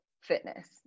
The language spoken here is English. fitness